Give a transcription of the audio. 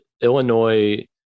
Illinois